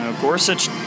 Gorsuch